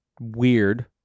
weird